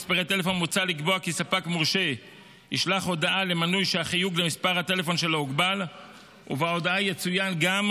החופשיות --- הרצון שלך לחופשיות והרצון שלו לאי-חופשיות זה אותו דבר.